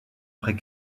après